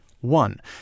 One